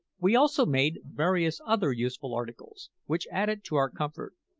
we also made various other useful articles, which added to our comfort,